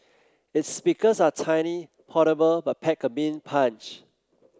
its speakers are tiny portable but pack a mean punch